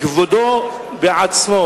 כבודו בעצמו,